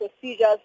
procedures